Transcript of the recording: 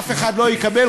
אף אחד לא יקבל,